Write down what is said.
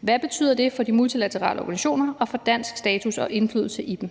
Hvad betyder det for de multilaterale organisationer og for dansk status og indflydelse i den?